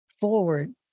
forward